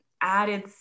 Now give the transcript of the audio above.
added